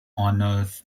honours